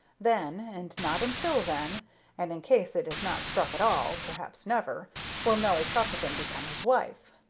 then, and not until then and, in case it is not struck at all, perhaps never will nelly trefethen become his wife.